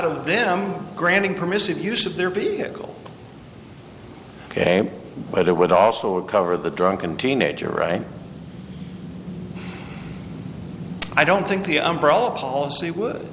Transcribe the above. of them granting permissive use of their vehicle ok but it would also recover the drunken teenager right i don't think the umbrella policy would